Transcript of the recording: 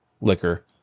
liquor